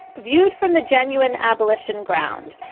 viewed from the genuine abolition ground,